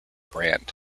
brand